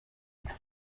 mucyo